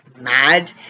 mad